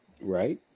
Right